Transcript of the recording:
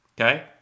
Okay